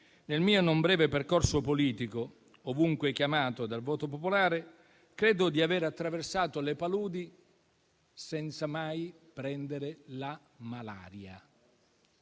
Nel mio non breve percorso politico, ovunque chiamato dal voto popolare credo di aver attraversato le paludi senza mai prendere la malaria